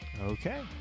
Okay